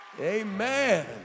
Amen